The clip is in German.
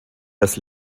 dass